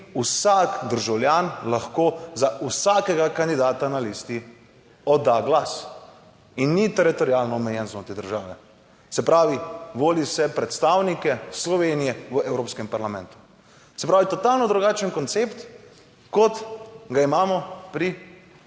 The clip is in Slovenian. vsak državljan lahko za vsakega kandidata na listi odda glas in ni teritorialno omejen znotraj države, se pravi, voli se predstavnike Slovenije v Evropskem parlamentu. Se pravi, totalno drugačen koncept, kot ga imamo pri